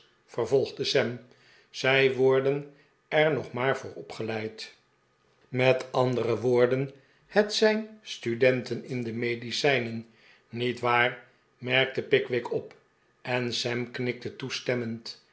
vervolgde sam zij worden er nog maar voor opgeleid met andere woorden het zijn studenten in de medicijnen niet waar merkte pickwick op en sam knikte toestemmend